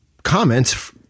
Comments